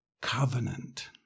covenant